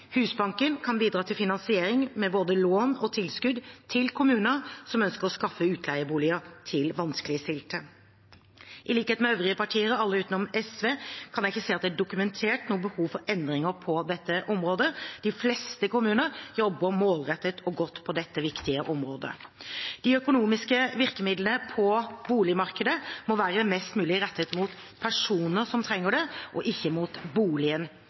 Husbanken kan bidra til finansiering med både lån og tilskudd til kommuner som ønsker å skaffe utleieboliger til vanskeligstilte. I likhet med øvrige partier – alle utenom SV – kan jeg ikke se at det er dokumentert noe behov for endringer på dette området. De fleste kommuner jobber målrettet og godt på dette viktige området. De økonomiske virkemidlene på boligmarkedet må være mest mulig rettet mot personer som trenger det, og ikke mot boligen.